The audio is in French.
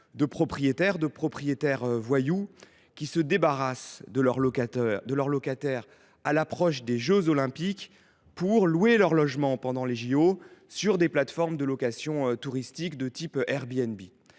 frauduleux : des propriétaires voyous se débarrassent de leurs locataires à l’approche des jeux Olympiques, pour louer leur logement pendant cette période sur des plateformes de location touristique de type Airbnb.